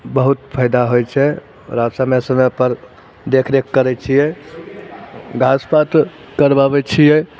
बहुत फैदा होइ छै ओकरा समय समयपर देख रेख करै छियै घासपात करबाबै छियै